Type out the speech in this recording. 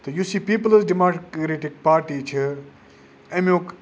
تہٕ یُس یہِ پیٖپلٕز ڈیٚموکریٹِک پارٹی چھِ اَمیٛک